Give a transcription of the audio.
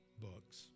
books